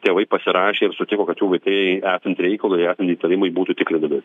tėvai pasirašė ir sutiko kad jų vaikai esant reikalui esant įtarimui būtų tikrinami